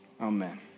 Amen